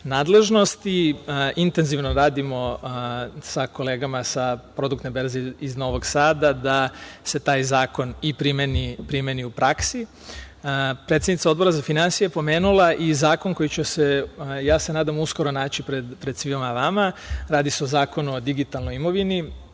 nadležnosti. Intenzivno radimo sa kolegama sa produktne berze iz Novog Sada, da se taj zakon i primeni u praksi. Predsednica Odbora za finansije je pomenula i zakon koji će se, ja se nadam, uskoro naći pred svima vama. Radi se o Zakonu o digitalnoj imovini.